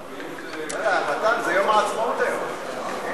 מתן, זה יום העצמאות היום.